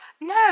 No